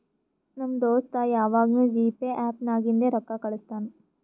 ನಮ್ ದೋಸ್ತ ಯವಾಗ್ನೂ ಜಿಪೇ ಆ್ಯಪ್ ನಾಗಿಂದೆ ರೊಕ್ಕಾ ಕಳುಸ್ತಾನ್